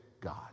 God